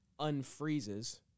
unfreezes